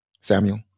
Samuel